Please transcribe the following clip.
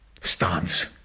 stance